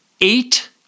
eight